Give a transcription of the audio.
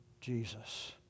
Jesus